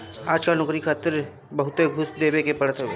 आजकल नोकरी खातिर बहुते घूस देवे के पड़त हवे